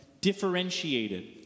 Differentiated